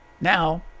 Now